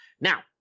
Now